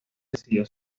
decidió